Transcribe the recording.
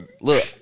Look